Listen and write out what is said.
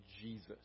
Jesus